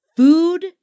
Food